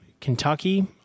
Kentucky